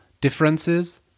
Differences